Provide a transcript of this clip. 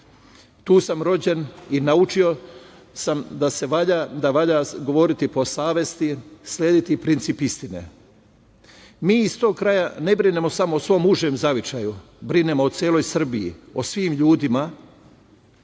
Tu sam rođen i naučio sam da valja govoriti po savesti, slediti princip istine. Mi iz tog kraja ne brinemo samo o svom užem zavičaju, brinemo o celoj Srbiji o svim ljudima,